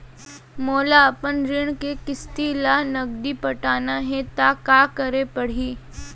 मोला अपन ऋण के किसती ला नगदी पटाना हे ता का करे पड़ही?